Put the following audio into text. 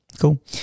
cool